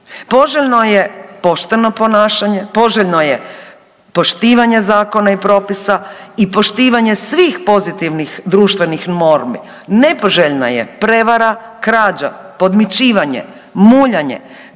Poželjno je pošteno ponašanje, poželjno je poštivanje zakona i propisa i poštivanje svih pozitivnih društvenih normi. Nepoželjna je prevara, krađa, podmićivanje, muljanje,